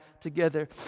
together